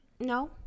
No